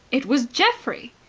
it was geoffrey!